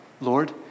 Lord